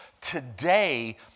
Today